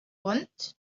want